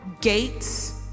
gates